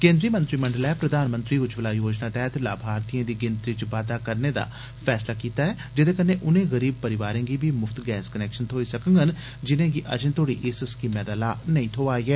केन्द्री मंत्रीमंडलै प्रधानमंत्री उज्जवला योजना तैहत लाभार्थियें दी गिनत्री च बाददा करने दा फैसला कीता ऐ जेदे नै उन्ने गरीब परिवारें गी बी मुफ्त गैस कनैक्शन थोई सकगंन जिनेंगी अजें तोड़ी इस स्कीमै दा लाह नेई थोआ ऐ